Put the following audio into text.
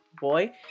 boy